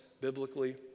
biblically